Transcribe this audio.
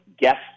guests